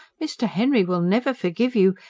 mr. henry will never forgive you.